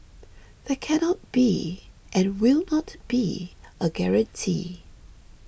there cannot be and will not be a guarantee